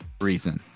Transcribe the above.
reason